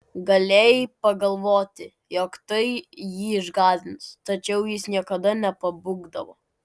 galėjai pagalvoti jog tai jį išgąsdins tačiau jis niekada nepabūgdavo